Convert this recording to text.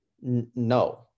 No